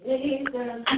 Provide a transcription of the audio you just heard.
Jesus